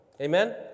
Amen